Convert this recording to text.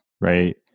right